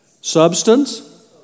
Substance